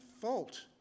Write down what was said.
fault